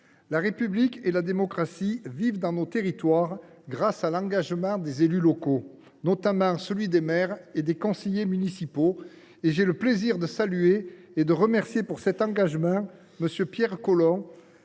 la République et la démocratie vivent dans nos territoires grâce à l’engagement des élus locaux, notamment des maires et des conseillers municipaux. J’ai le plaisir de saluer l’engagement de M. Pierre Colomb,